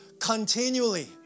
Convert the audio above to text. continually